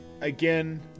Again